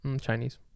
Chinese